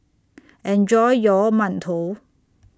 Enjoy your mantou